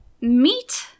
Meat